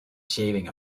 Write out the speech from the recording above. shaving